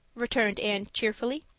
returned anne cheerfully.